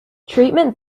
treatment